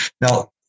Now